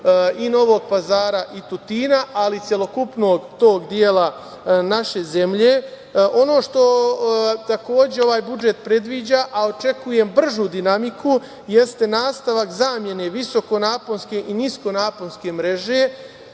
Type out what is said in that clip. i Novog Pazara i Tutina, ali celokupnog tog dela naše zemlje. Ono što takođe ovaj budžet predviđa, a očekujem bržu dinamiku jeste nastavak zamene visokonaponske i niskonaponske mreže,